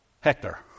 Hector